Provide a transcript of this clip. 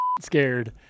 scared